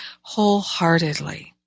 wholeheartedly